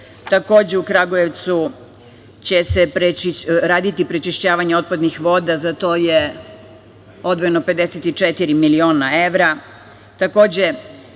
Takođe, u Kragujevcu će se raditi prečišćavanje otpadnih voda. Za to je odvojeno 54 miliona evra.